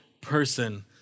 person